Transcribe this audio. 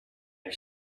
her